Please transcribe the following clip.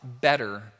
better